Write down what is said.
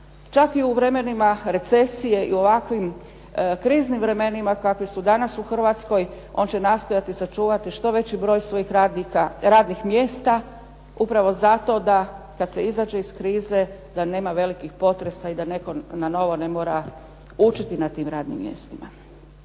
Čak i u vremenima recesije i u ovakvim kriznim vremenima kakvi su danas u Hrvatskoj, on će nastojati sačuvati što veći broj svojih radnih mjesta, upravo zato da kad se izađe iz krize da nema velikih potresa i da netko na novo ne mora učiti na tim radnim mjestima.